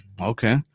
Okay